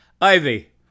Ivy